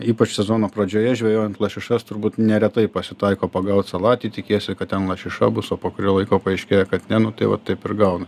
ypač sezono pradžioje žvejojant lašišas turbūt neretai pasitaiko pagaut salatį tikiesi kad ten lašiša bus o po kurio laiko paaiškėja kad ne nu tai va taip ir gauna